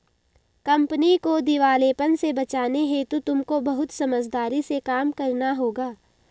company को दिवालेपन से बचाने हेतु तुमको बहुत समझदारी से काम करना होगा